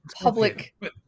public